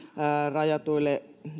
rajatuille